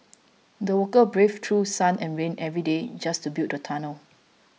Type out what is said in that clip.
the workers braved through sun and rain every day just to build the tunnel